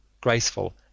graceful